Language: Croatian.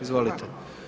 Izvolite.